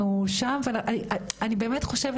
אבל תשמעי, אנחנו שם ואנחנו, אני באמת חושבת.